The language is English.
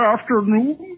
afternoon